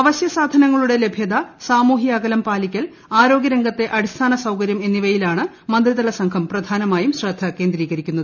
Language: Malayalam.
അവശ്യസാധനങ്ങളുടെ ലഭ്യത സാമൂഹ്യ അകലം പാലിക്കൽ ആരോഗ്യരംഗത്തെ അടിസ്ഥാന സൌകര്യം എന്നിവയിലാണ് മന്ത്രിതലസംഘം പ്രധാനമായും ശ്രദ്ധ കേന്ദ്രീകരിക്കുന്നത്